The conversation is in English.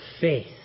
faith